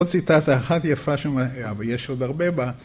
‫עוד ציטטה אחת יפה שם, ‫אבל יש עוד הרבה בה.